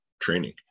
training